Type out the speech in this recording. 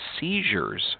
seizures